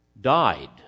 died